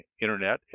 Internet